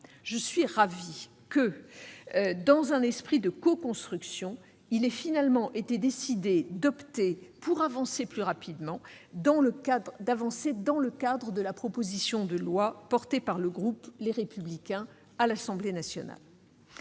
Je suis ravie que, dans un esprit de coconstruction, il ait finalement été décidé, pour avancer plus rapidement, d'opter pour l'examen de la proposition de loi déposée par le groupe Les Républicains à l'Assemblée nationale.